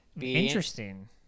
interesting